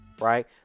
right